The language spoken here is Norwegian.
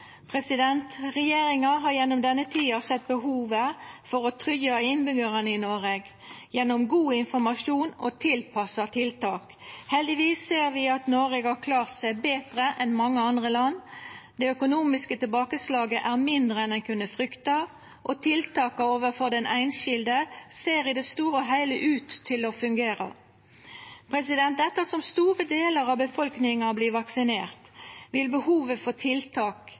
Regjeringa har gjennom denne tida sett behovet for å tryggja innbyggjarane i Noreg gjennom god informasjon og tilpassa tiltak. Heldigvis ser vi at Noreg har klart seg betre enn mange andre land. Det økonomiske tilbakeslaget er mindre enn ein kunne frykta, og tiltaka overfor den einskilde ser i det store og heile ut til å fungera. Ettersom store delar av befolkninga vert vaksinerte, vil behovet for tiltak